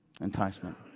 Enticement